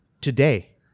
Today